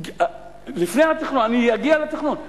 אני אגיע לתכנון.